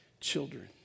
children